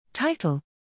Title